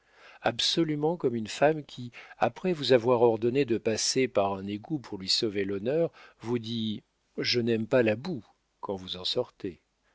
absolument comme une femme qui après vous avoir ordonné de passer par un égout pour lui sauver l'honneur vous dit je n'aime pas la boue quand vous en sortez